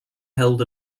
held